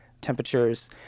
temperatures